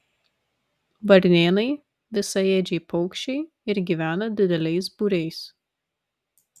varnėnai visaėdžiai paukščiai ir gyvena dideliais būriais